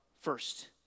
first